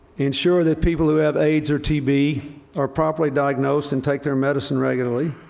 ensure that people who have aids or tb are properly diagnosed and take their medicine regularly,